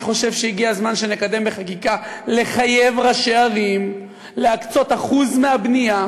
אני חושב שהגיע הזמן שנקדם בחקיקה חיוב ראשי ערים להקצות אחוז מהבנייה